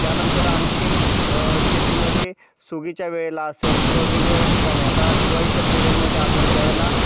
त्यानंतर आणखी शेतीमध्ये सुगीच्या वेळेला असेल किंवा वेगवेगळ्या ठिकाणी आता दिवाळीच्या पिरियडमध्ये आपण ज्यावेळेला